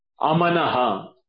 amanaha